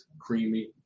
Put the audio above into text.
creamy